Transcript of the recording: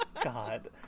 God